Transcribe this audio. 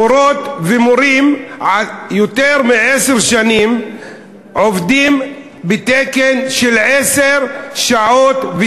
מורות ומורים עובדים יותר מעשר שנים בתקן של עשר שעות,